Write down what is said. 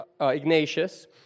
Ignatius